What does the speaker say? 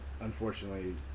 unfortunately